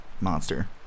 monster